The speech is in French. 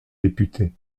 député